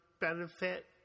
benefit